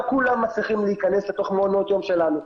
לא כולם מצליחים להיכנס לתוך מעונות יום שלנו.